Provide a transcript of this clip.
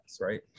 right